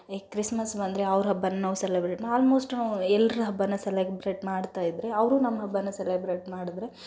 ಈ ಕ್ರಿಸ್ಮಸ್ ಬಂದರೆ ಅವ್ರ ಹಬ್ಬನ ನಾವು ಸೆಲಬ್ರೇಟ್ ಆಲ್ಮೋಸ್ಟ್ ನಾವು ಎಲ್ರ ಹಬ್ಬನ ಸೆಲಬ್ರೇಟ್ ಮಾಡ್ತಾ ಇದ್ದರೆ ಅವರೂ ನಮ್ಮ ಹಬ್ಬನ ಸೆಲಬ್ರೇಟ್ ಮಾಡಿದ್ರೆ